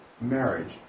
marriage